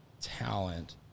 talent